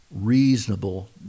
reasonable